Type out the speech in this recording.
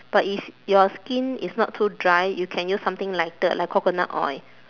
but if your skin is not too dry you can use something lighter like coconut oil